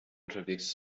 unterwegs